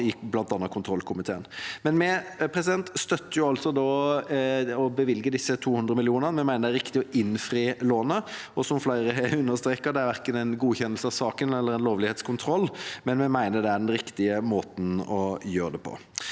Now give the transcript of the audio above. bl.a. i kontrollkomiteen. Vi støtter å bevilge disse 200 mill. kr, vi mener det er riktig å innfri lånet. Som flere har understreket, er det verken en godkjenning av saken eller en lovlighetskontroll, men vi mener det er den riktige måten å gjøre det på.